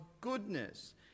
goodness